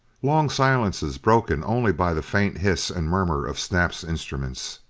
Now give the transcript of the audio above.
long silences, broken only by the faint hiss and murmur of snap's instruments.